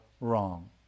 wrong